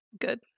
Good